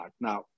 Now